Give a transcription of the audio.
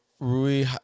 Rui